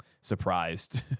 surprised